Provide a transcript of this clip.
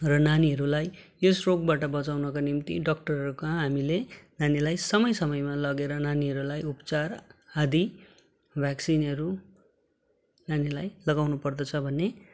र नानीहरूलाई यस रोगबाट बचाउनको निम्ति डक्टरहरू कहाँ हामीले नानीलाई समय समयमा लगेर नानीहरूलाई उपचार आदि भ्याक्सिनहरू नानीलाई लगाउनु पर्दछ भन्ने